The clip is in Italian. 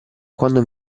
quando